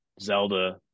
Zelda